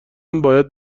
باید